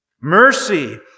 mercy